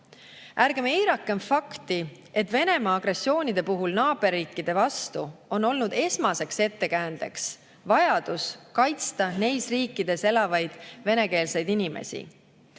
Ärgem eirakem fakti, et Venemaa agressioonide puhul naaberriikide vastu on olnud esmaseks ettekäändeks vajadus kaitsta neis riikides elavaid venekeelseid inimesi.